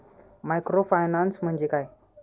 Microfinance म्हणजे काय?